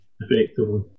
effectively